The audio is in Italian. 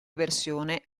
versione